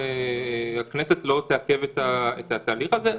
הכנסת לא תעכב את התהליך הזה,